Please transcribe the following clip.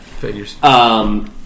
Figures